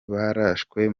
barashwe